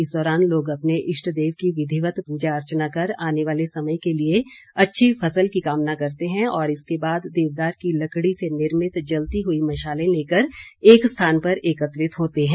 इस दौरान लोग अपने इष्ट देव की विधियत पूजा अर्चना कर आने वाले समय के लिए अच्छी फसल की कामना करते हैं और इसके बाद देवदार की लकड़ी से निर्मित जलती हुए मशाले लेकर एक स्थान पर एकत्रित होते हैं